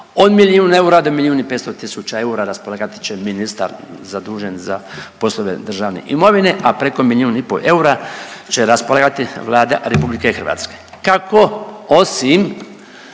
od milijun eura do milijun i 500 tisuća eura raspolagati će ministar zadužen za poslove državne imovine, a preko milijun i po eura će raspolagati Vlada RH. Kako osim